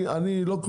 אני לא כל כך.